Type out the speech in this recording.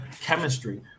chemistry